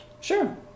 Sure